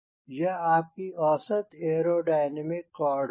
यह आपकी औसत एयरोडायनामिक कॉर्ड होगी